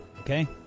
Okay